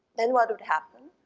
then what would happen?